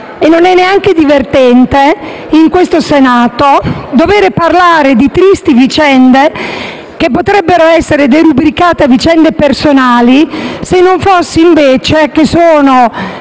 facile e neanche divertente, in questo Senato, dover parlare di tristi vicende, che potrebbero essere derubricate a vicende personali, se non fosse che possono